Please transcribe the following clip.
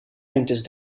lengtes